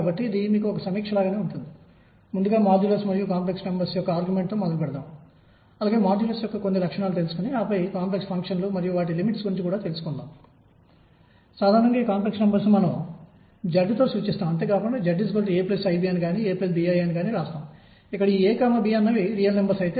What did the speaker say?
కాబట్టి ఒక డోలకం 0 h 2 h మరియు మొదలైన పరిమాణంలో శక్తులను తీసుకోగలదని పేర్కొన్నాను కాబట్టి h యొక్క పూర్ణాంక సంఖ్య